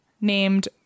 named